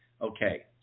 Okay